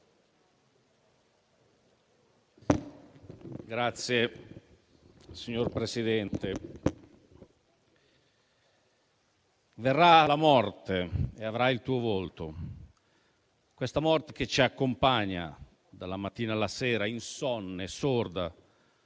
Signor Presidente, «verrà la morte e avrà i tuoi occhi, questa morte che ci accompagna dalla mattina alla sera, insonne, sorda,